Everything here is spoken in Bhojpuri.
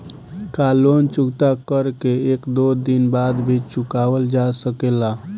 का लोन चुकता कर के एक दो दिन बाद भी चुकावल जा सकेला?